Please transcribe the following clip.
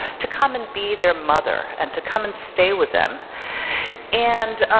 to come and be their mother and to come and stay with them and,